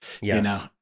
Yes